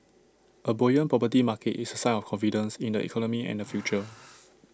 A buoyant property market is A sign of confidence in the economy and the future